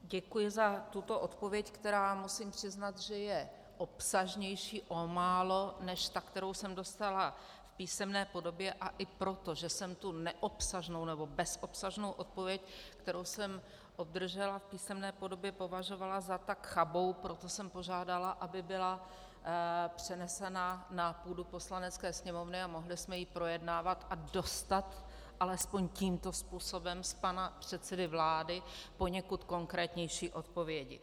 Děkuji za tuto odpověď, která, musím přiznat, je o málo obsažnější než ta, kterou jsem dostala v písemné podobě, a i proto, že jsem tu neobsažnou, nebo bezobsažnou odpověď, kterou jsem obdržela v písemné podobě, považovala za tak chabou, proto jsem požádala, aby byla přenesena na půdu Poslanecké sněmovny a mohli jsme ji projednávat a dostat alespoň tímto způsobem z pana předsedy vlády poněkud konkrétnější odpovědi.